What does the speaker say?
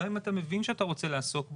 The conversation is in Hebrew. גם אם אתה מבין שאתה רוצה לעסוק בו,